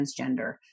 transgender